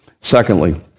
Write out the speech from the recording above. Secondly